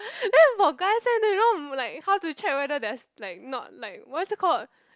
then for guys leh then you know mm like how to check whether there's like not like what's it called